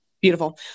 Beautiful